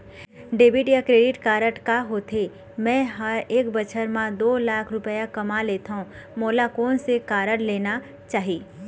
Debit या credit card का होथे, मे ह एक बछर म दो लाख रुपया कमा लेथव मोला कोन से कारड लेना चाही?